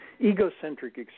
egocentric